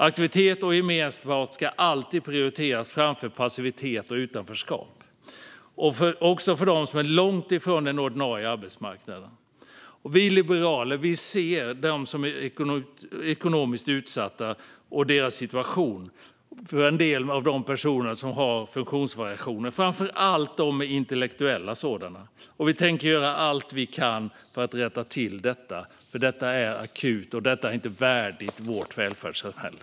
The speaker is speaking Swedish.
Aktivitet och gemenskap ska alltid prioriteras framför passivitet och utanförskap, också för den som är långt från den ordinarie arbetsmarknaden. Vi liberaler ser den mycket utsatta ekonomiska situationen för en del personer med funktionsvariationer, framför allt dem med intellektuella sådana. Vi tänker göra allt vi kan för att rätta till detta. Det här är akut, och det är inte värdigt vårt välfärdssamhälle.